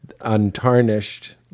untarnished